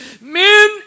Men